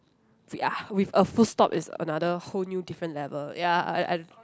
ya with a full stop is another whole new different level ya I I